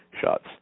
shots